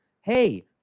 hey